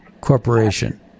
corporation